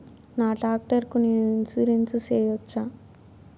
నా టాక్టర్ కు నేను ఇన్సూరెన్సు సేయొచ్చా?